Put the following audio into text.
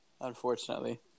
unfortunately